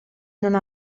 non